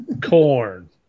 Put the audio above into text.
Corn